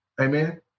Amen